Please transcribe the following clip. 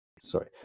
Sorry